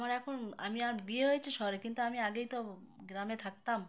আমার এখন আমি আম বিয়ে হয়েছি শহরে কিন্তু আমি আগেই তো গ্রামে থাকতাম